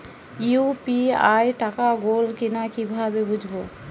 UPI টাকা গোল কিনা কিভাবে বুঝব?